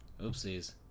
Oopsies